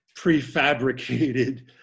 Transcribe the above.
prefabricated